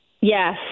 Yes